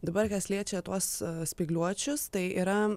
dabar kas liečia tuos spygliuočius tai yra